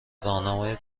راهنمای